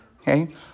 okay